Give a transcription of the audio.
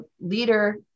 leader